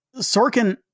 sorkin